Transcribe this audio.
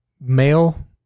male